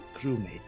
crewmate